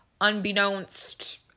unbeknownst